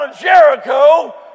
Jericho